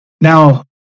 Now